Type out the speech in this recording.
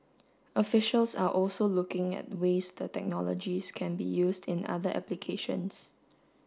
officials are also looking at ways the technologies can be used in other applications